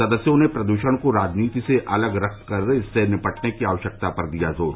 सदस्यों ने प्रदूषण को राजनीति से अलग रखकर इससे निपटने की आवश्यकता पर दिया जोर